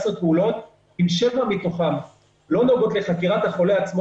אם שבע מתוכן לא נוגעות לחקירת החולה עצמו,